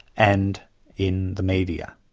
and in the media,